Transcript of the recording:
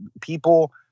people